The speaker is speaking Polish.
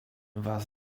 was